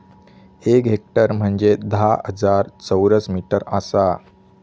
एक हेक्टर म्हंजे धा हजार चौरस मीटर आसा